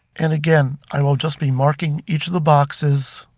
and again i will just be marking each of the boxes.